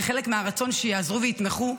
כחלק מהרצון שיעזרו ויתמכו,